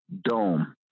dome